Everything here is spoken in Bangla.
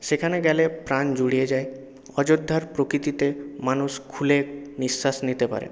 সেখানে গেলে প্রাণ জুড়িয়ে যায় অযোধ্যার প্রকৃতিতে মানুষ খুলে নিশ্বাস নিতে পারে